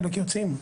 חלק יוצאים.